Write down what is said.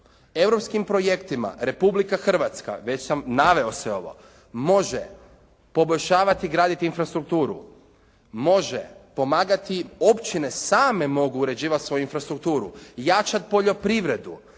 Europskim projektima Republika Hrvatska Hrvatska, već sam naveo sve ovo, može poboljšavati graditi infrastrukturu, može pomagati općine same mogu uređivati svoju infrastrukturu, jačati poljoprivredu,